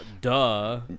Duh